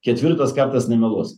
ketvirtas kartas nemeluos